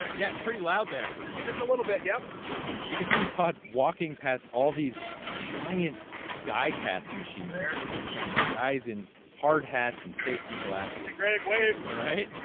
yeah. it's pretty loud there just a little bit yep you could see todd walking past all these giant die-cast machines and and these guys in hardhats and safety glasses hey, greg. wave all right.